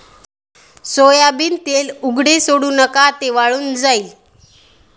soybean तेल उघडे सोडू नका, ते वाळून जाईल